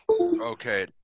Okay